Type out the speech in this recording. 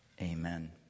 Amen